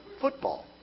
football